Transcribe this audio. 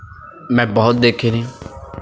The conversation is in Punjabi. ਮੈਂ ਬਹੁਤ ਦੇਖੇ ਨੇ